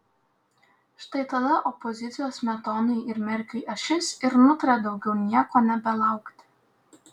štai tada opozicijos smetonai ir merkiui ašis ir nutarė daugiau nieko nebelaukti